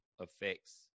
affects